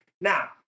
Now